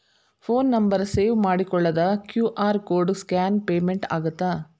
Phone number save ಮಾಡಿಕೊಳ್ಳದ Q R code scan payment ಆಗತ್ತಾ?